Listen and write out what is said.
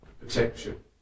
protection